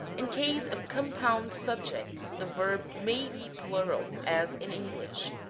in case of compound subjects the verb may be plural as in english,